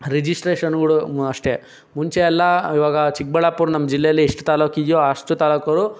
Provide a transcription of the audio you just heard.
ರಿಜಿಸ್ಟ್ರೇಷನ್ಗಳೂ ಅಷ್ಟೇ ಮುಂಚೆ ಎಲ್ಲ ಇವಾಗ ಚಿಕ್ಕಬಳ್ಳಾಪುರ ನಮ್ಮ ಜಿಲ್ಲೆಯಲ್ಲಿ ಎಷ್ಟು ತಾಲ್ಲೂಕು ಇದೆಯೋ ಅಷ್ಟು ತಾಲ್ಲೂಕುಗಳು